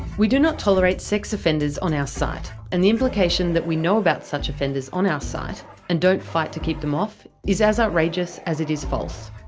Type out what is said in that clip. we do not tolerate sex offenders on our site and the implication that we know about such offenders on our site and don't fight to keep them off is as outrageous as it is false.